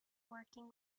working